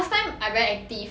last time I very active